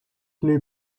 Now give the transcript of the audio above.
knew